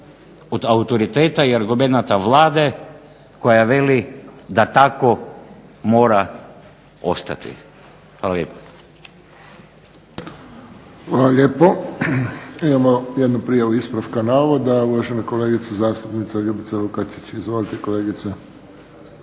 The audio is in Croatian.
od autoriteta i argumenata Vlade koja veli da tako mora ostati. Hvala lijepo. **Friščić, Josip (HSS)** Hvala lijepo. Imamo jednu prijavu ispravka navoda, uvažena kolegica Ljubica Lukačić. Izvolite.